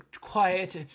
quiet